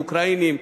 אוקראינים,